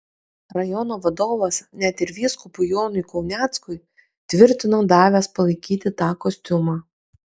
rajono vadovas net ir vyskupui jonui kauneckui tvirtino davęs palaikyti tą kostiumą